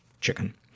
chicken